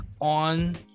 on